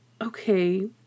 okay